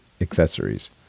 accessories